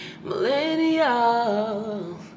millennial